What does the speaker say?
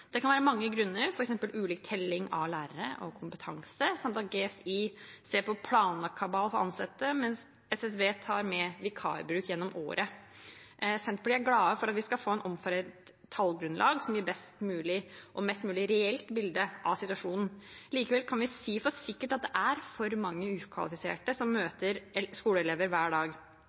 Det kan være mange grunner, f.eks. ulik telling av lærere og kompetanse, samt at GSI ser på planlagt kabal for ansettelse, mens SSB tar med vikarbruk gjennom året. Senterpartiet er glad for at vi skal få et omforent tallgrunnlag som gir et best mulig og mest mulig reelt bilde av situasjonen. Likevel kan vi si for sikkert at det er for mange ukvalifiserte som møter skoleelever hver dag.